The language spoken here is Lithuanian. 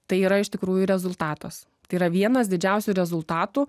tai yra iš tikrųjų rezultatas tai yra vienas didžiausių rezultatų